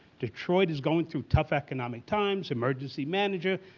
detroit is going through tough economic times, emergency manager,